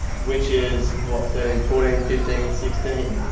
which is what, thirteen, fourteen, fifteen, sixteen,